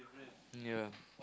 yeah